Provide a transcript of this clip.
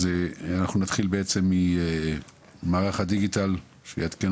אז אנחנו נתחיל בעצם ממערך הדיגיטל הלאומי שיעדכן